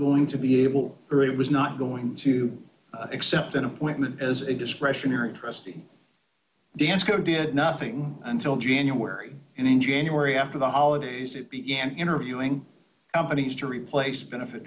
going to be able was not going to accept an appointment as a discretionary trustee dansko did nothing until january and in january after the holidays it began interviewing companies to replace benefit